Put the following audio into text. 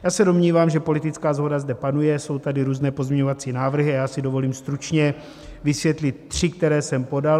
Já se domnívám, že politická shoda zde panuje, jsou tady různé pozměňovací návrhy a já si dovolím stručně vysvětlit tři, které jsem podal.